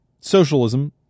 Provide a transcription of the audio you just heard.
socialism